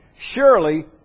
surely